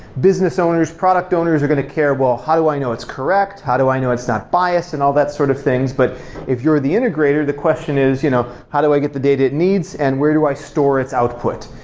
business owners, product owners are going to care, well, how do i know it's correct? how do i know it's not biased and all that sort of things? but if you're the integrator, the question is you know how do i get the data it needs and where do i store its output?